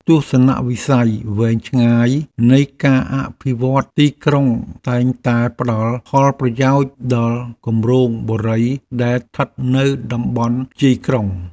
ទស្សនវិស័យវែងឆ្ងាយនៃការអភិវឌ្ឍទីក្រុងតែងតែផ្តល់ផលប្រយោជន៍ដល់គម្រោងបុរីដែលស្ថិតនៅតំបន់ជាយក្រុង។